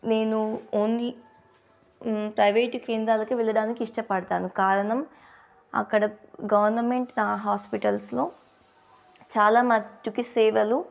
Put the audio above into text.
నేను only private కేంద్రాలకే వెళ్ళడానికి ఇష్టపడతాను కారణం అక్కడ గవర్నమెంట్ హాస్పిటల్స్లో చాలా మట్టుకి సేవలు